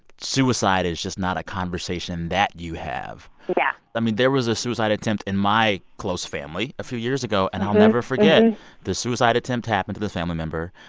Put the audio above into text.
suicide is just not a conversation that you have yeah i mean there was a suicide attempt in my close family a few years ago. and i'll never forget the suicide attempt happened to this family member.